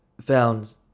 found